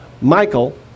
Michael